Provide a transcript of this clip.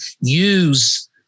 use